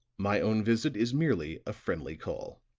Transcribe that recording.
my own visit is merely a friendly call.